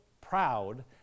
proud